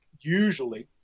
usually